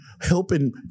helping